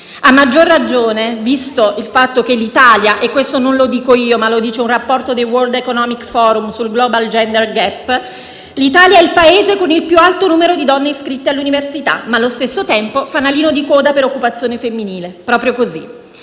A maggior ragione, visto che l'Italia - e questo non lo dico io, ma lo dice un rapporto del World economic forum sul Global gender gap - è il Paese con il più alto numero di donne iscritte all'università, ma, allo stesso tempo, fanalino di coda per occupazione femminile. Proprio così: